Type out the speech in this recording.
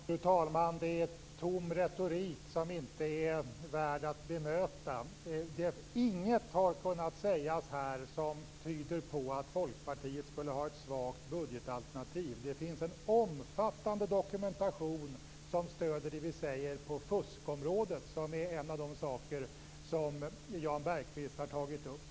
Fru talman! Detta är tom retorik som inte är värd att bemöta. Inget har kunnat sägas här som tyder på att Folkpartiet skulle ha ett svagt budgetalternativ. Det finns en omfattande dokumentation som stöder det vi säger på fuskområdet. Det är ju en av de saker som Jan Bergqvist har tagit upp.